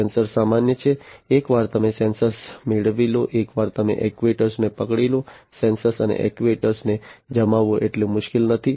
sensors સામાન્ય છે એકવાર તમે સેન્સર મેળવી લો એકવાર તમે એક્ટ્યુએટરને પકડી લો સેન્સર્સ અને એક્ટ્યુએટરને જમાવવું એટલું મુશ્કેલ નથી